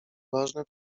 ważne